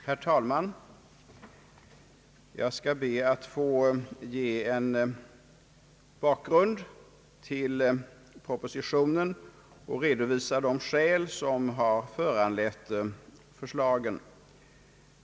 Herr talman! Jag skall be att få ge en bakgrund till propositionen och redovisa de skäl som har föranlett förslagen.